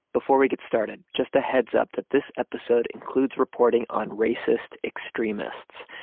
before we get started, just a heads up that this episode includes reporting on racist extremists.